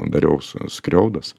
dariau su skriaudas